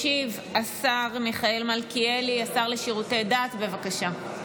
ישיב השר מיכאל מלכיאלי, השר לשירותי דת, בבקשה.